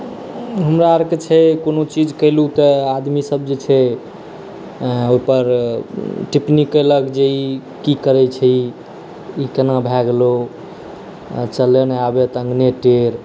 हमरा आरके छै कोनो चीज केलहुँ तऽ आदमी सभ जे छै ओहिपर टिप्पणी कयलक जे ई की करै छै ई केना भय गेलै चलै ने आबै तऽ अङ्गने टेढ़